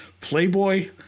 Playboy